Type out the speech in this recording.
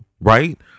Right